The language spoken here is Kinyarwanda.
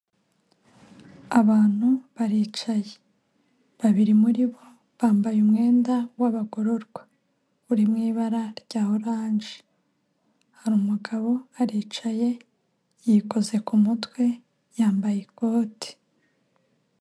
Abantu baricaye, babiri muri bo bambaye umwenda w'abagororwa uri mu ibara rya oranje. Hari umugabo aricaye yikoze ku mutwe, yambaye ikote.